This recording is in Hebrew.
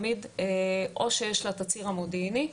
או שיש לה את הציר המודיעיני,